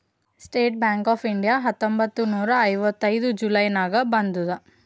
state Bank of India ಹತ್ತೊಂಬತ್ತ್ ನೂರಾ ಐವತ್ತೈದು ಜುಲೈ ನಾಗ್ ಬಂದುದ್